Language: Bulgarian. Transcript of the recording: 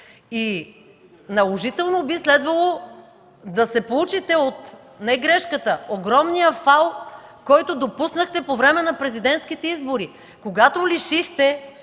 Наложително би следвало да се поучите не от грешката, а от огромния фал, който допуснахте по време на президентските избори, когато лишихте